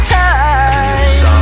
time